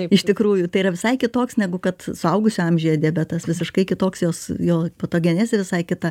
iš tikrųjų tai yra visai kitoks negu kad suaugusių amžiuje diabetas visiškai kitoks jos jo patogenezė visai kita